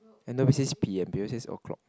and nobody says P_M below says o-clock